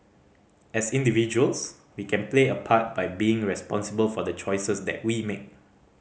as individuals we can play a part by being responsible for the choices that we make